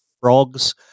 frogs